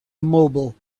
immobile